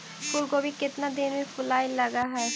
फुलगोभी केतना दिन में फुलाइ लग है?